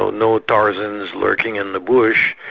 no no tarzans lurking in the bush,